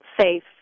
safe